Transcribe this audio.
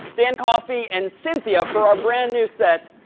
dan coffey, and cynthia for our brand new set.